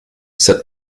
said